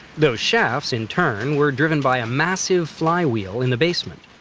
those shafts, in turn, were driven by a massive fly-wheel in the basement.